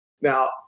Now